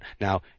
Now